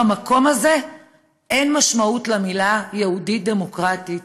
במקום הזה אין משמעות למילים: "יהודית דמוקרטית".